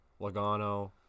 Logano